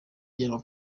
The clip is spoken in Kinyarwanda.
ajyanwa